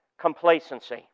complacency